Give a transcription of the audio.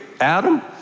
Adam